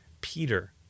Peter